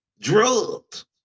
drugs